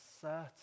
certain